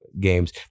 games